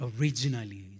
originally